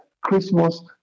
Christmas